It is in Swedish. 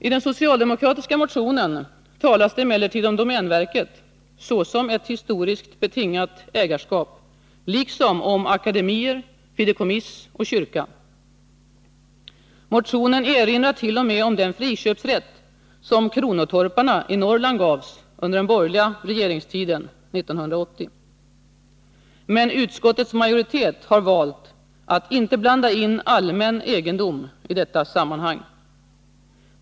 I den socialdemokratiska motionen talas det emellertid om domänverket såsom ett historiskt betingat ägarskap, liksom om akademier, fideikommiss och kyrka. Motionen erinrar t.o.m. om den friköpsrätt som kronotorparna i Norrland gavs under den borgerliga regeringstiden, 1980. Men utskottets majoritet har valt att inte blanda in allmän egendom i detta sammanhang.